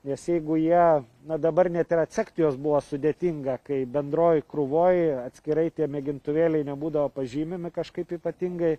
nes jeigu jie na dabar net ir atsekt juos buvo sudėtinga kai bendroj krūvoj atskirai tie mėgintuvėliai nebūdavo pažymimi kažkaip ypatingai